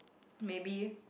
maybe